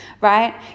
right